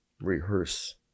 rehearse